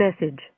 message